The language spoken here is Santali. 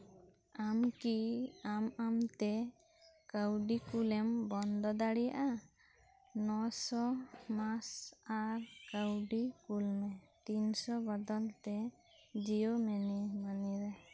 ᱟᱢ ᱠᱤ ᱟᱢ ᱟᱢᱛᱮ ᱠᱟᱹᱣᱰᱤ ᱠᱳᱞᱮᱢ ᱵᱚᱱᱫᱚ ᱫᱟᱲᱮᱭᱟᱜᱼᱟ ᱱᱚᱥᱚ ᱢᱟᱥ ᱟᱨ ᱠᱟᱹᱣᱰᱤ ᱠᱳᱞ ᱢᱮ ᱛᱤᱱᱥᱚ ᱵᱚᱫᱚᱞ ᱛᱮ ᱡᱤᱭᱳ ᱢᱮᱱᱤ ᱢᱟᱱᱤ ᱨᱮ